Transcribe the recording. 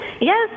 Yes